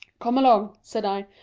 come along, said i,